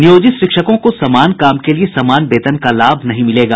नियोजित शिक्षकों को समान काम के लिए समान वेतन का लाभ नहीं मिलेगा